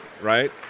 right